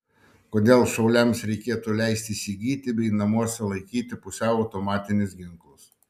kodėl šauliams reikėtų leisti įsigyti bei namuose laikyti pusiau automatinius ginklus